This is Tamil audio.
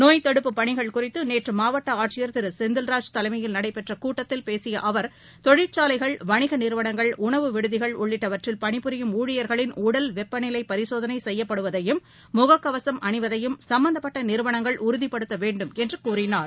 நோய்த்தடுப்பு பணிகள் குறித்துநேற்றுமாவட்டஆட்சியர் திருசெந்திர்ாஜ் தலைமையில் நடைபெற்றகூட்டத்தில் பேசியஅவர் தொழிற்சாலைகள் வணிகநிறுவனங்கள் உணவு விடுதிகள் உள்ளிட்டவற்றில் பணிபுரியும் ஊழியர்களின் உடல் வெப்பநிலைபரிசோதனைசெய்யப்படுவதையும் முககவசம் அணிவதையும் சம்பந்தப்பட்டநிறுவனங்கள் உறுதிப்படுத்தவேண்டும் என்றுகூறினார்